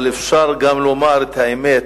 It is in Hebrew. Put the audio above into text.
אבל אפשר גם לומר את האמת,